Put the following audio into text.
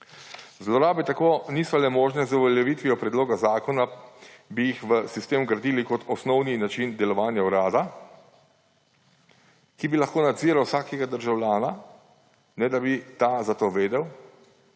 Zlorabe tako niso le možne, z uveljavitvijo predloga zakona bi jih v sistem vgradili kot osnovni način delovanja Urada, ki bi lahko nadziral vsakega državljana, ne da bi ta za to vedel